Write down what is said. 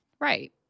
Right